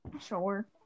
Sure